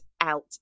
out